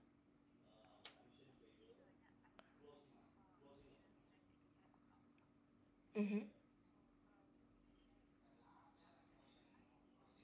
mmhmm